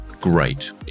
great